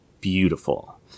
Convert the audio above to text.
beautiful